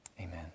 Amen